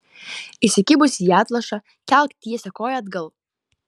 įsikibusi į atlošą kelk tiesią koją atgal